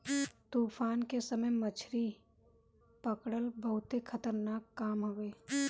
तूफान के समय मछरी पकड़ल बहुते खतरनाक काम हवे